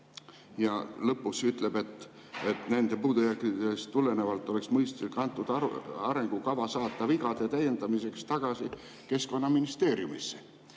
Ja lõpus ütleb, et nendest puudujääkidest tulenevalt oleks mõistlik antud arengukava saata vigade täiendamiseks tagasi Keskkonnaministeeriumisse,